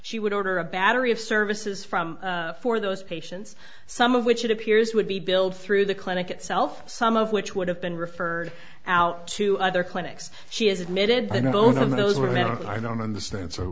she would order a battery of services from for those patients some of which it appears would be billed through the clinic itself some of which would have been referred out to other clinics she has admitted to no knows what i don't understand so